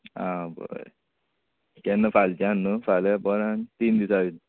आं बरें केन्न फालच्यान न्हय फाल्यां परन तीन दिसा